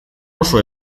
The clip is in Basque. oso